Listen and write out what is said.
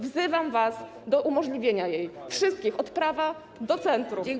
Wzywam was do umożliwienia jej - wszystkich, od prawa do centrum.